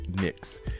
Knicks